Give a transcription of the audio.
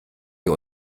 wir